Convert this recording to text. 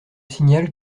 signale